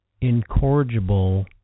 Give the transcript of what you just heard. incorrigible